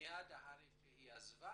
מיד אחרי שהיא עזבה